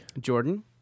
Jordan